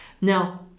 Now